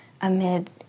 amid